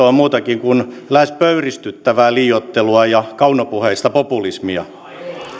on muutakin kuin lähes pöyristyttävää liioittelua ja kaunopuheista populismia